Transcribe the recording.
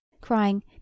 crying